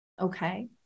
Okay